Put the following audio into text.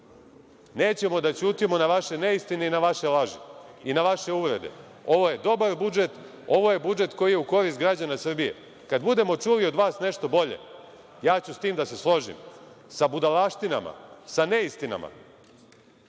Nećemo da ćutimo na vaše neistine i na vaše laži, i na vaše uvrede. Ovo je dobar budžet. Ovo je budžet koji je u korist građana Srbije. Kada budemo čuli od vas nešto bolje, ja ću s tim da se složim. Sa budalaštinama, sa neistinama,